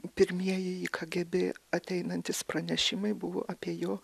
pirmieji į kgb ateinantys pranešimai buvo apie jo